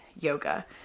yoga